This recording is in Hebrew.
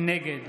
נגד